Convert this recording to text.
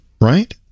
right